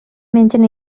mengen